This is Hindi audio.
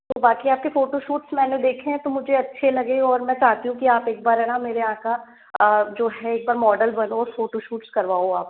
और बाकी आपके फोटोशूट्स मैंने देखे हैं तो मुझे अच्छे लगे और मैं चाहती हूँ की आप एक बार है ना मेरे यहाँ का जो है एक बार मॉडल बनो और फोटोशूट्स करवाओ आप